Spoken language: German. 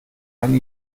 einen